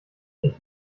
ich